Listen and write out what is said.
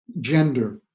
gender